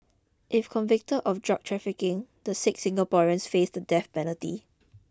if convicted of drug trafficking the six Singaporeans face the death penalty